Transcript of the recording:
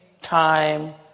time